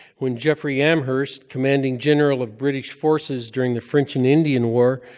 when jeffrey amherst, commanding general of british forces during the french and indian war,